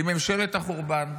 היא ממשלת החורבן.